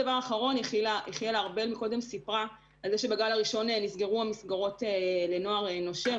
יחיאלה ארבל סיפרה על זה שבגל הראשון נסגרו המסגרות לנוער נושר,